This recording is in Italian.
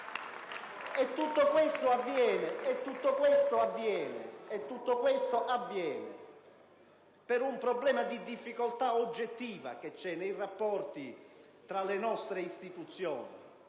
Tutto questo avviene per un problema di difficoltà oggettiva nei rapporti tra le nostre istituzioni,